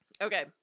Okay